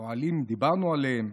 אוהלים, דיברנו עליהם,